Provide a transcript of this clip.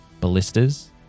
ballistas